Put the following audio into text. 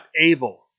able